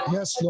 Yes